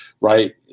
right